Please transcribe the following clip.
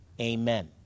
amen